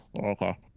okay